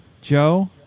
Joe